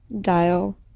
dial